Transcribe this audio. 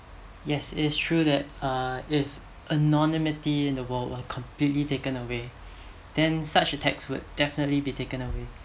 yes it is true that uh if anonymity in the world would completely taken away then such attacks would be definitely be taken away